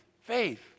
Faith